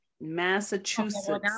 massachusetts